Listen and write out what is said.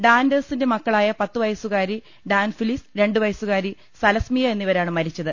ഡാന്റേഴ്സിന്റെ മക്കളായ പത്തു വയസുകാരി ഡാൻഫിലീസ് രണ്ടുവയസ്സുകാരി സലസ്മിയ എന്നിവരാണ് മരിച്ച ത്